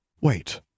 Wait